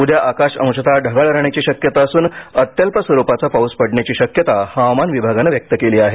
उद्या आकाश अंशतः ढगाळ राहण्याची शक्यता असून अत्यल्प स्वरूपाचा पाऊस पडण्याची शक्यता हवामान विभागान व्यक्त केली आहे